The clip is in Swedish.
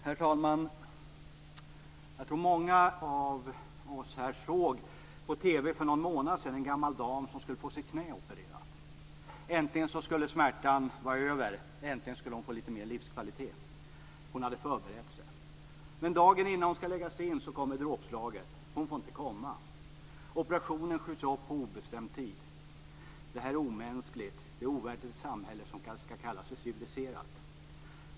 Herr talman! Jag tror att många av oss för någon månad sedan på TV såg en gammal dam som skulle få sitt knä opererat. Äntligen skulle smärtan vara över. Äntligen skulle hon få litet mer livskvalitet. Hon hade förberett sig. Men dagen innan hon skulle läggas in på sjukhus kommer dråpslaget. Hon får inte komma. Operationen skjuts upp på obestämd tid. Detta är omänskligt och ovärdigt ett samhälle som skall kalla sig civiliserat.